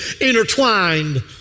intertwined